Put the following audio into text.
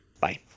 Bye